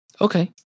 okay